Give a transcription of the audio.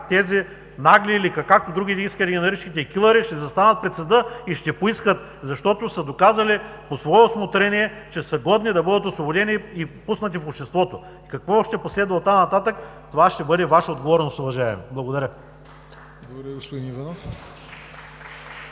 тези „Нагли“, както ги наричахте, и „Килъри“ ще застанат пред съда и ще поискат, защото са доказали по свое усмотрение, че са годни да бъдат освободени и пуснати в обществото. Какво ще последва оттам нататък, това ще бъде Ваша отговорност, уважаеми. Благодаря.